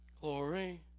Glory